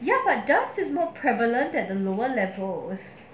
ya but dust is more prevalent at the lower levels